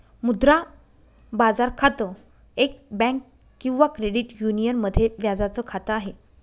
मुद्रा बाजार खातं, एक बँक किंवा क्रेडिट युनियन मध्ये व्याजाच खात आहे